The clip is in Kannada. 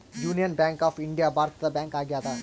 ಯೂನಿಯನ್ ಬ್ಯಾಂಕ್ ಆಫ್ ಇಂಡಿಯಾ ಭಾರತದ ಬ್ಯಾಂಕ್ ಆಗ್ಯಾದ